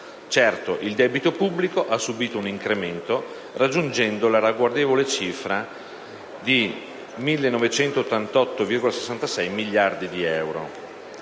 Certo, il debito pubblico ha subito un incremento, raggiungendo la ragguardevole cifra di 1.988,66 miliardi di euro.